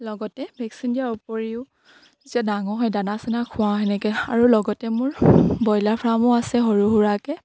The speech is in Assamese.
লগতে ভেকচিন দিয়াৰ উপৰিও যে ডাঙৰ হয় দানা চানা খুৱাও এনেকে আৰু লগতে মোৰ ব্ৰইলাৰ ফাৰ্মো আছে সৰু সুৰাকে